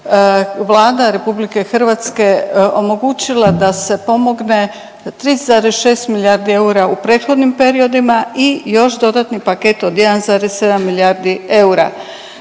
Vlada Republike Hrvatske omogućila da se pomogne 3,6 milijarde eura u prethodnim periodima i još dodatni paket od 1,7 milijardi eura.